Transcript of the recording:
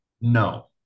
No